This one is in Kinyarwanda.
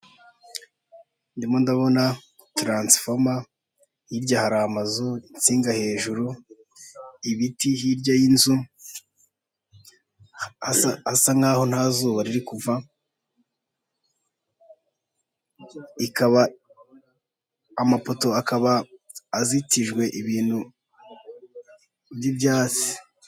Ndimo ndabona tansifoma, hirya hari amazu, insinga hejuru, ibiti hirya y'inzu, hasa nk'aho ntazuba riri kuva, amapoto akaba azitijwe ibintu by'ibyatsi.